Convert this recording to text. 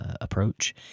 approach